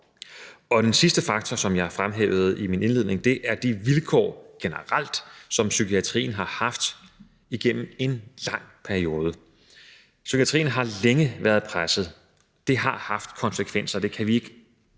Den sidste faktor, som jeg fremhævede i min indledning, er de vilkår, som psykiatrien generelt har haft igennem en lang periode. Psykiatrien har længe været presset. Det har haft konsekvenser, og det kan vi ikke løbe